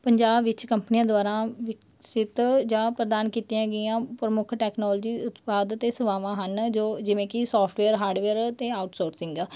ਪੰਜਾਬ ਵਿੱਚ ਕੰਪਨੀਆਂ ਦੁਆਰਾ ਵਿਕਸੀਤ ਜਾਂ ਪ੍ਰਦਾਨ ਕੀਤੀਆਂ ਗਈਆਂ ਪ੍ਰਮੁੱਖ ਟੈਕਨੋਲਜੀ ਉਤਪਾਦ ਅਤੇ ਸੇਵਾਵਾਂ ਹਨ ਜੋ ਜਿਵੇਂ ਕਿ ਸੋਫਟਵੇਅਰ ਹਾਰਡਵੇਅਰ ਅਤੇ ਆਉਟਸੋਰਸਿੰਗ